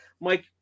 Mike